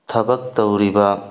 ꯊꯕꯛ ꯇꯧꯔꯤꯕ